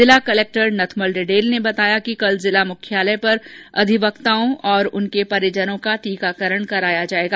जिला कलेक्टर नथमल डिडेल ने बताया कि कल जिला मुख्यालय पर अधिवक्ताओं और उनके परिजनों का टीकाकरण कराया जायेगा